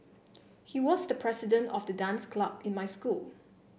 he was the president of the dance club in my school